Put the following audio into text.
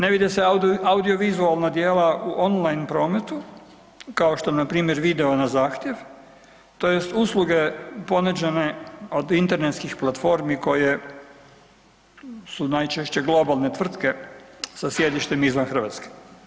Ne vide se audiovizualna djela u online prometu kao što je npr. video na zahtjev, tj. usluge ponuđene od internetskih platformi koje su najčešće globalne tvrtke sa sjedištem izvan Hrvatske.